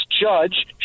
judge